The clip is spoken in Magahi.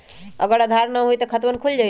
अगर आधार न होई त खातवन खुल जाई?